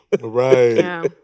Right